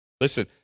Listen